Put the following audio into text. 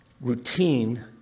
routine